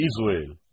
Israel